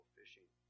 fishing